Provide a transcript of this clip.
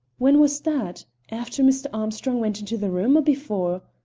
when was that? after mr. armstrong went into the room, or before?